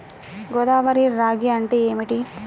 గోదావరి రాగి అంటే ఏమిటి?